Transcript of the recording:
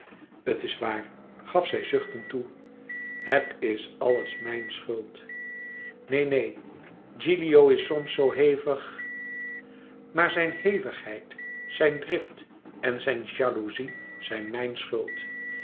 het is waar gaf zij zuchtende toe het is alles mijn schuld neen neen gilio is soms zoo hevig maar zijn hevigheid zijn drift en zijn jalouzie zijn mijn schuld